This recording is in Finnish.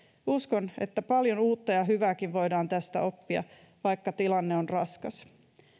uskon että paljon uutta ja hyvääkin voidaan tästä oppia vaikka tilanne on raskas